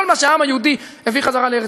כל מה שהעם היהודי הביא חזרה לארץ-ישראל.